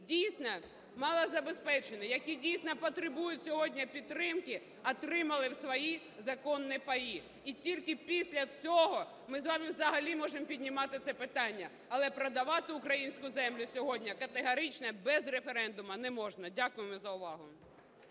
дійсно, малозабезпечені, які, дійсно, потребують сьогодні підтримки, отримали свої законні паї. І тільки після цього ми з вами взагалі можемо піднімати це питання. Але продавати українську землю сьогодні категорично без референдуму не можна. Дякую за увагу.